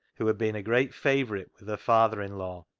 who had been a great favourite with her father-in-law,